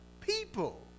people